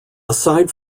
aside